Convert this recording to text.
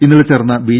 ഇന്നലെ ചേർന്ന ബി